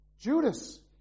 Judas